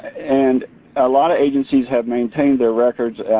and a lot of agencies have maintained their records.